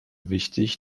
wichtig